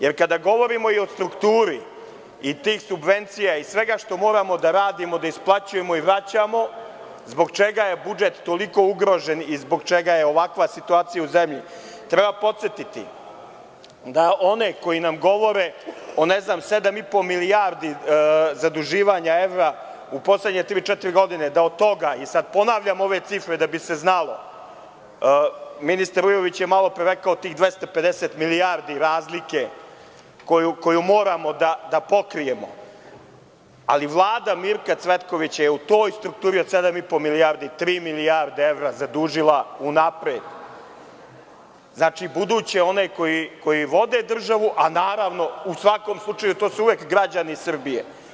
Jer, kada govorimo i o strukturi i tih subvencija i svega što moramo da radimo, da isplaćujemo i vraćamo, zbog čega je budžet toliko ugrožen i zbog čega je ovakva situaciju u zemlji, treba podsetiti da oni koji nam govore o sedam i po milijardi evra zaduživanja u poslednje tri-četiri godine, da od toga, i sada ponavljam ove cifre da bi se znalo, Ministar Vujović je malopre rekao tih 250 milijardi razlike koju moramo da pokrijemo, ali Vlada Mirka Cvetkovića je u toj strukturi od sedam i po milijardi tri milijarde evra zadužila unapred, znači, buduće one koji vode državu, a naravno, u svakom slučaju to su uvek građani Srbije.